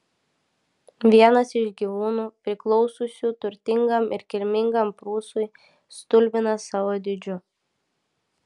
vienas iš gyvūnų priklausiusių turtingam ir kilmingam prūsui stulbina savo dydžiu